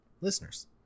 Listeners